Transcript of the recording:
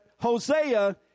Hosea